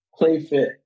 PlayFit